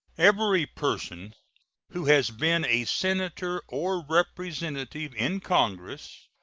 every person who has been a senator or representative in congress,